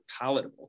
palatable